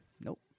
Nope